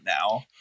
now